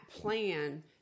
plan